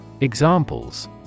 Examples